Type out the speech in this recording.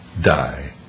die